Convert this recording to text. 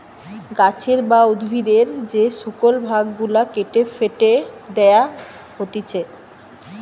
গাছের বা উদ্ভিদের যে শুকল ভাগ গুলা কেটে ফেটে দেয়া হতিছে